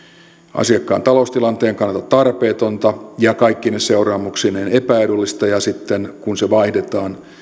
asiakkaan taloustilanteen kannalta tarpeetonta ja kaikkine seuraamuksineen epäedullista ja sitten kun se vaihdetaan